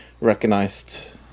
recognized